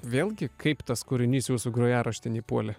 vėlgi kaip tas kūrinys jūsų grojaraštin įpuolė